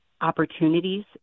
opportunities